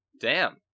Damn